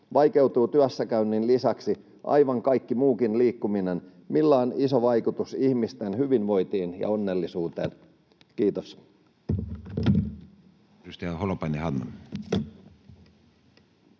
vaikeutuu työssäkäynnin lisäksi aivan kaikki muukin liikkuminen, millä on iso vaikutus ihmisten hyvinvointiin ja onnellisuuteen. — Kiitos.